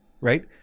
right